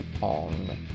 on